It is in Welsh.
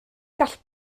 gall